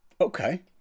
Okay